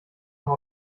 noch